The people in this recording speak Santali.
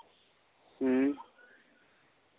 ᱦᱮᱸ